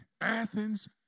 Athens